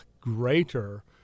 greater